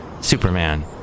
Superman